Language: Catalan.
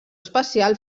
especial